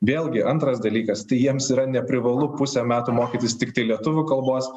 vėlgi antras dalykas tai jiems yra neprivalu pusę metų mokytis tiktai lietuvių kalbos